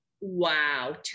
Wow